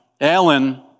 Alan